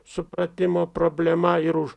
supratimo problema ir už